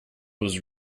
was